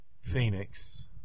Phoenix